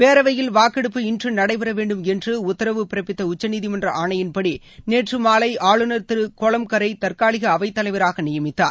பேரவையில் வாக்கெடுப்பு இன்று நடைபெற வேண்டும் என்று உத்தரவு பிறப்பித்த உச்சநீதிமன்ற ஆணையின்படி நேற்று மாலை ஆளுநர் திரு கோலம்புகரை தற்காலிக அவைத் தலைவராக நியமித்தார்